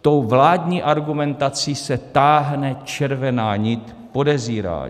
Tou vládní argumentací se táhne červená nit podezírání.